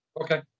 Okay